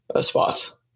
spots